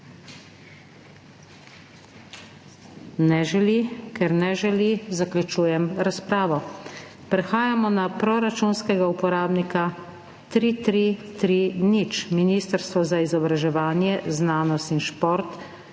Ne želi. Ker ne želi, zaključujem razpravo. Prehajamo na proračunskega uporabnika 3330 Ministrstvo za izobraževanje, znanost in šport